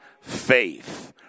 faith